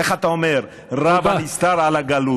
איך אתה אומר, רב הנסתר על הגלוי.